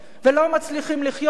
ולא מצליחים לחיות,